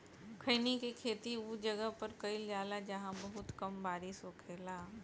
खईनी के खेती उ जगह पर कईल जाला जाहां बहुत कम बारिश होखेला